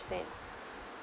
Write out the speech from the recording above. stand